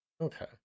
Okay